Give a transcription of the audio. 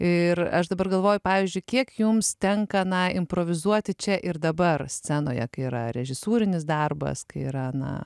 ir aš dabar galvoju pavyzdžiui kiek jums tenka na improvizuoti čia ir dabar scenoje kai yra režisūrinis darbas kai yra na